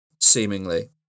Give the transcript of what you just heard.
seemingly